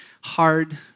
hard